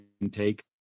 intake